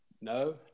No